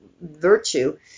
virtue